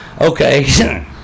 okay